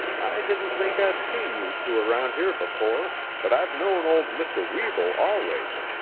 i didn't think i'd seen you two around here before, but i've known old mr. weeble always.